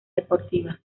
deportiva